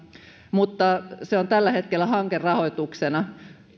mutta se on tällä hetkellä hankerahoituksena